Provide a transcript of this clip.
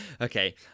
Okay